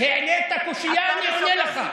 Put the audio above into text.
העלית קושיה, אני עונה לך.